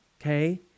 okay